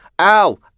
ow